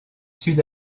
sud